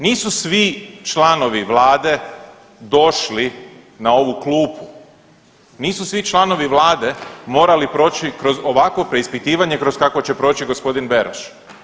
Nisu svi članovi vlade došli na ovu klubu, nisu svi članovi vlade morali proći kroz ovakvo preispitivanje kroz kakvo će proći gospodin Beroš.